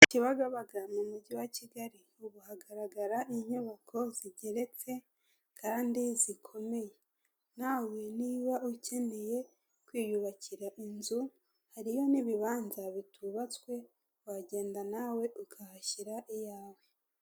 I Kibagabaga mu umujyi wa Kigali ubu hagaragara inyubako zigeretse kandi zikomeye, nawe niba ukeneye kwiyubakira inzu hariyo n'ibibanza bitubatswe wagenda nawe ukahashyira iyawe.